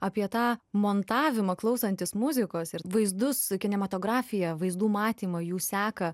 apie tą montavimą klausantis muzikos ir vaizdus su kinematografija vaizdų matymą jų seką